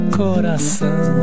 coração